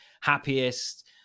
happiest